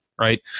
right